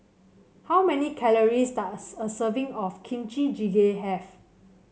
how many calories a serving of Kimchi Jjigae have